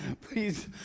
Please